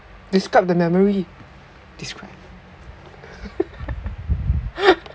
describe the memory describe